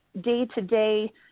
day-to-day